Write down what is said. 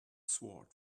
sword